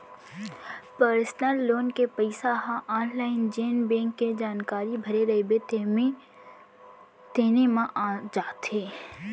personal loan के पइसा ह आनलाइन जेन बेंक के जानकारी भरे रइबे तेने म आ जाथे